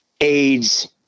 aids